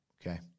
okay